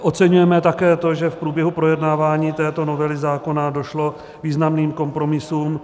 Oceňujeme také to, že v průběhu projednávání této novely zákona došlo k významným kompromisům.